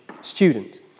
student